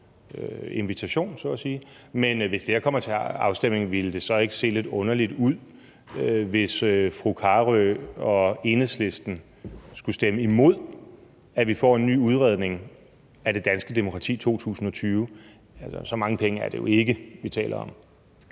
invitation så at sige. Men hvis det her kommer til afstemning, ville det så ikke se lidt underligt ud, hvis fru Astrid Carøe og Enhedslisten skulle stemme imod, at vi får en ny udredning af det danske demokrati 2020? Så mange penge er det jo ikke, vi taler om.